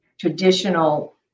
traditional